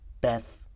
Beth